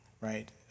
right